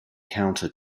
counter